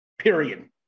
period